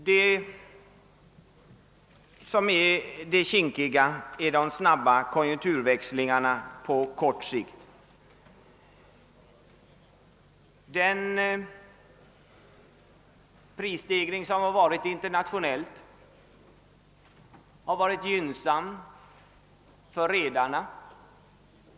Det som är det kinkiga är de snabba konjunkturväxlingarna på kort sikt. Den prisstegring som har ägt rum internationellt har varit gynnsam för redarna.